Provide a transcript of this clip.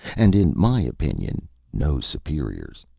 and in my opinion no superiors.